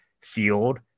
field